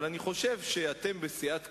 אבל אני חושב שאתם בסיעת קדימה,